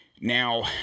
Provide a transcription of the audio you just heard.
Now